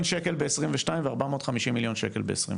שקלים ב- 2022 ו-450 מיליון שקלים ב-2023.